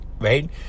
right